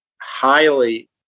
highly